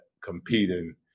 competing